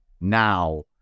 now